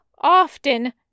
often